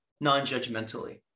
non-judgmentally